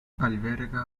alberga